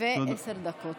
עשר דקות.